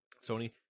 Sony